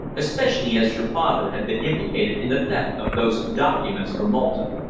especially as your father had been implicated in the theft of those documents from malta.